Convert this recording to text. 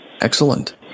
Excellent